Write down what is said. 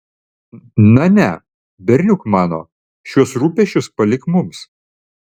na ne berniuk mano šiuos rūpesčius palik mums